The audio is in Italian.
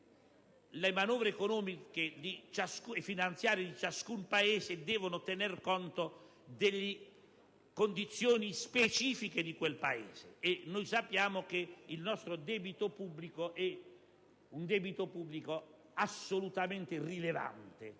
le manovre economiche e finanziarie di ciascun Paese devono poi tener conto delle condizioni specifiche di quel Paese, e noi sappiamo che il nostro è un debito pubblico assolutamente rilevante